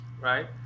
right